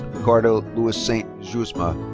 ricardo louis saint jusma.